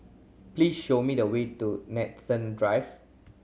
please show me the way to Nanson Drive